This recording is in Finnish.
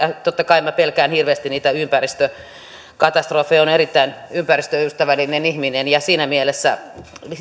totta kai minä pelkään hirveästi niitä ympäristökatastrofeja olen erittäin ympäristöystävällinen ihminen ja siinä mielessä